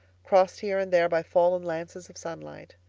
crossed here and there by fallen lances of sunlight.